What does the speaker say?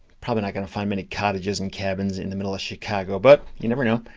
probably not gonna find many cottages and cabins in the middle of chicago, but you never know.